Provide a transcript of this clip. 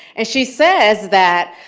and she says that,